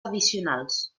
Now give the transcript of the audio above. addicionals